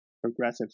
Progressive